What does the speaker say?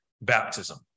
baptism